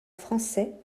français